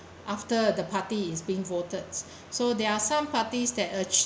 after the party is being voted so there are some parties that urge